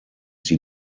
sie